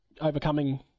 overcoming